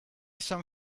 some